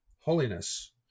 holiness